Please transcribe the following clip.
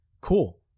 cool